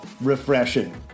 refreshing